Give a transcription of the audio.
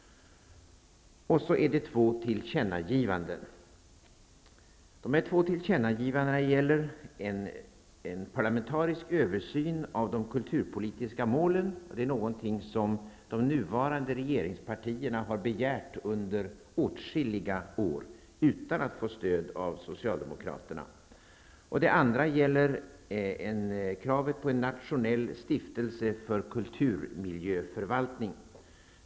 Det finns även två tillkännagivanden. Det ena gäller en parlamentarisk översyn av de kulturpolitiska målen. Det är något som de nuvarande regeringspartierna har begärt under åtskilliga år utan att få stöd av Socialdemokraterna. Det andra gäller kravet på en nationell stiftelse för kulturmiljöförvaltning.